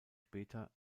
später